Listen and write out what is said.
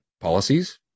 policies